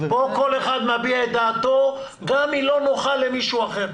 פה כל אחד מביע את דעתו גם אם היא לא נוחה למישהו אחר.